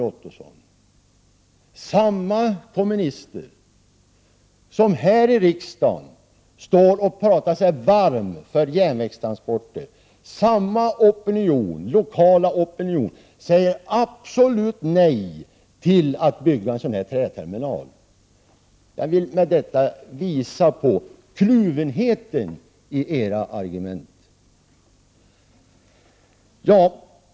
Här i riksdagen står ju miljöpartister och kommunister och talar sig varma för järnvägstransporter, men samma partier i den lokala opinionen säger definitivt nej till att bygga en sådan här träterminal. Jag vill med detta visa på kluvenheten i era argument.